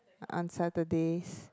on Saturdays